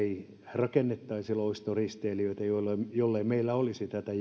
rakennettaisi loistoristeilijöitä jollei meillä olisi tätä